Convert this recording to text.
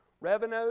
revenue